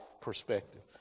perspective